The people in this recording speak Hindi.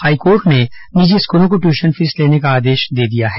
हाईकोर्ट ने निजी स्कूलों को ट्यूशन फीस लेने का आदेश दे दिया है